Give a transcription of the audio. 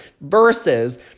versus